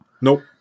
Nope